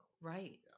Right